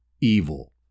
evil